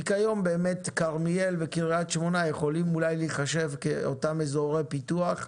כי כיום כרמיאל וקריית שמונה יכולים אולי להיחשב כאזורי פיתוח,